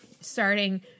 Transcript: starting